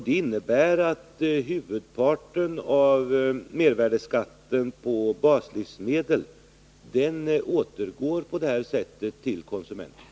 Det innebär att huvudparten av mervärdeskatten på baslivsmedel återgår till konsumenterna.